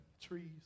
trees